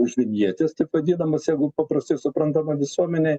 už vinjetes taip vadinamas jeigu paprastai suprantama visuomenei